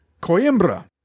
Coimbra